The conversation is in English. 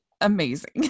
amazing